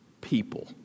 people